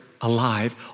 Alive